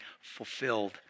fulfilled